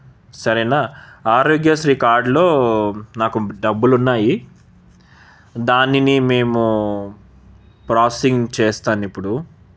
సరేనా ఆరోగ్యశ్రీ కార్డులో నాకు డబ్బులు ఉన్నాయి దానిని మేము ప్రోససింగ్ చేస్తాను ఇప్పుడు